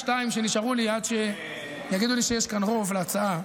שתיים שנשארו לי עד שיגידו לי שיש כאן רוב להצעה.